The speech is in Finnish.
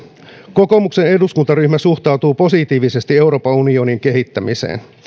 kokoomuksen eduskuntaryhmä suhtautuu positiivisesti euroopan unionin kehittämiseen